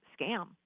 scam